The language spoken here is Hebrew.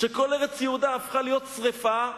שכל ארץ יהודה הפכה להיות שרפה,